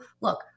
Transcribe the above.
Look